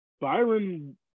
Byron